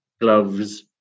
gloves